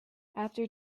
after